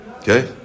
Okay